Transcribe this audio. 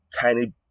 tiny